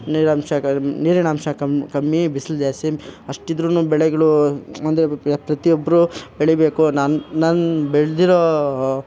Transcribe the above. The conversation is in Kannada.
ನೀರಿನಾಂಶ ಕಮ್ಮಿ ನೀರಿನಾಂಶ ಕಮ್ಮಿ ಕಮ್ಮಿ ಬಿಸ್ಲು ಜಾಸ್ತಿ ಅಷ್ಟಿದ್ರು ಬೆಳೆಗಳು ಅಂದರೆ ಪ್ರತಿಯೊಬ್ಬರೂ ಬೆಳಿಬೇಕು ನಾನು ನಾನು ಬೆಳೆದಿರೋ